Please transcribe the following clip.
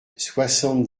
soixante